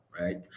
right